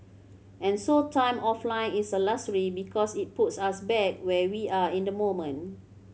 and so time offline is a luxury because it puts us back where we are in the moment